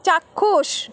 চাক্ষুষ